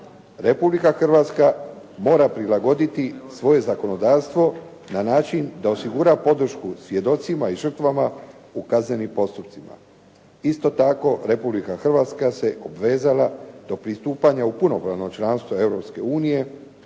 Republika Hrvatska mora prilagoditi svoje zakonodavstvo na način da osigura podršku svjedocima i žrtvama u kaznenim postupcima. Isto tako, Republika Hrvatska se obvezala do pristupanja u punopravno članstvo